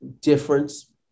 difference